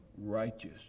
righteous